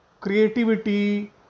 creativity